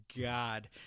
God